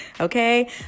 okay